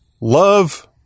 love